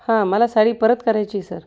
हां मला साडी परत करायची आहे सर